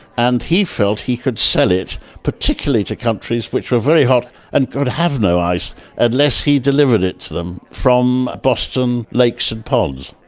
and he felt he could sell it, particularly to countries, which were very hot and could have no ice unless he delivered it to them from boston lakes and ponds.